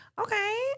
Okay